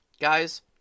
guys